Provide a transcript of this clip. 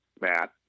Matt